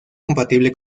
compatible